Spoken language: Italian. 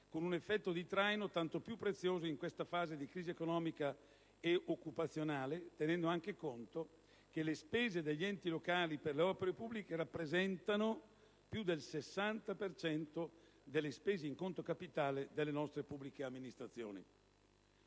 con un effetto di traino tanto più prezioso in questa fase di crisi economica e occupazionale, tenendo anche conto che le spese degli enti locali per le opere pubbliche rappresentano più del 60 per cento delle spese in conto capitale delle nostre pubbliche amministrazioni.